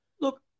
Look